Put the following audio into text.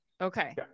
Okay